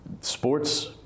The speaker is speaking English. Sports